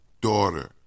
daughter